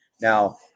now